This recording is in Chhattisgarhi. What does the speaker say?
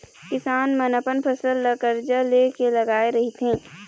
किसान मन अपन फसल ल करजा ले के लगाए रहिथे